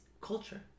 culture